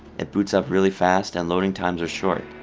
it boots up really fast, and loading times are short.